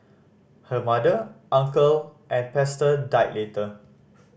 her mother uncle and pastor died later